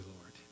Lord